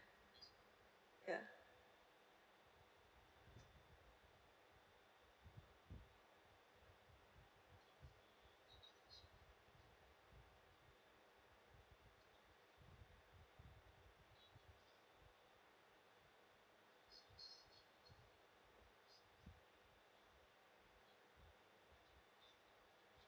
yeah